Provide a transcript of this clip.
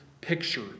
picture